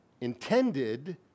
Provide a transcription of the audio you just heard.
intended